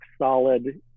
solid